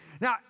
Now